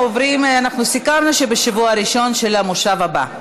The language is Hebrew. סיכמנו שבשבוע הראשון של המושב הבא.